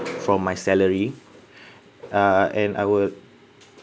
from my salary uh and I would